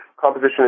Composition